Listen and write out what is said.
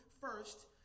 first